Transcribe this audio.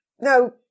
No